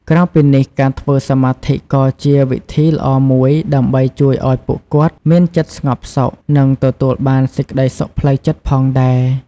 ក្រៅពីនេះ ការធ្វើសមាធិក៏ជាវិធីល្អមួយដើម្បីជួយឲ្យពួកគាត់មានចិត្តស្ងប់សុខ និងទទួលបានសេចក្ដីសុខផ្លូវចិត្តផងដែរ។